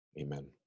Amen